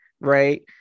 right